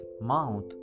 mouth